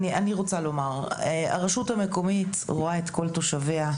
אני רוצה לומר, הרשות המקומית רואה את כל תושביה,